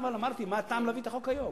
אמרתי: מה הטעם להביא את החוק היום?